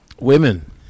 Women